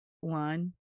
one